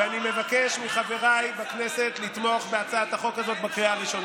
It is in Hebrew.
ואני מבקש מחבריי בכנסת לתמוך בהצעת החוק הזאת בקריאה ראשונה.